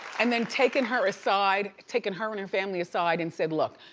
and then taken her aside, taken her and her family aside, and said look,